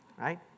Right